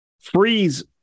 Freeze